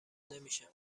نمیشه